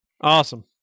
Awesome